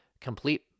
complete